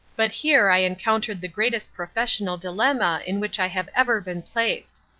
but here i encountered the greatest professional dilemma in which i have ever been placed.